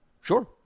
Sure